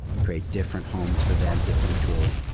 you create different homes for them. different tools.